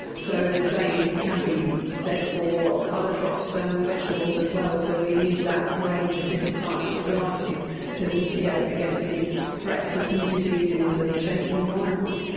so the same can be said for other crops and vegetables as well, so we need that range of different types of varieties to mitigate against these threats of new diseases and changing environments.